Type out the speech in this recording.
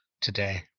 today